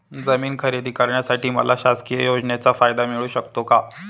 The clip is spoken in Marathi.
जमीन खरेदी करण्यासाठी मला शासकीय योजनेचा फायदा मिळू शकतो का?